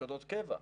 מפקדות קבע.